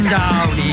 down